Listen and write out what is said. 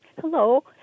Hello